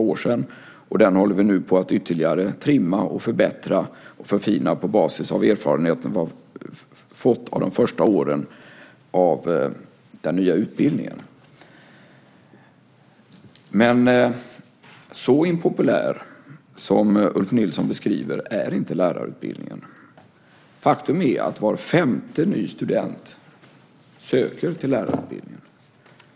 Den håller vi nu på att ytterligare trimma, förbättra och förfina på basis av erfarenheter från de första åren med den nya utbildningen. Men så impopulär som Ulf Nilsson beskriver det är inte lärarutbildningen. Faktum är att var femte ny student söker till lärarutbildningen.